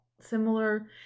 similar